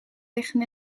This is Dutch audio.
liggen